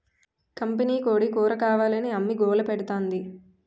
కంపినీకోడీ కూరకావాలని అమ్మి గోలపెడతాంది